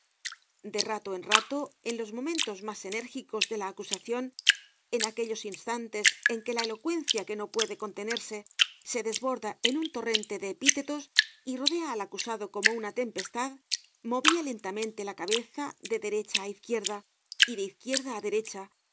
de rato en rato en los momentos mas enérgicos de la acusacion en aquellos instantes en que la elocuencia que no puede contenerse se desborda en un torrente de epítetos y rodea al acusado como una tempestad movia lentamente la cabeza de derecha á izquierda y de izquierda á derecha